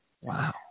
Wow